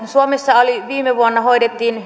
suomessa viime vuonna hoidettiin